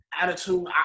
attitude